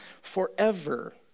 forever